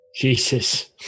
Jesus